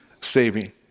saving